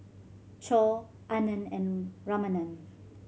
Choor Anand and Ramanand